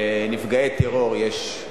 לנפגעי טרור יש,